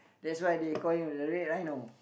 that's why they call him the red rhino